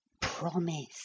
promise